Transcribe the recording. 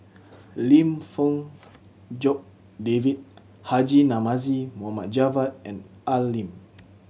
Lim Fong Jock David Haji Namazie Mohd Javad and Al Lim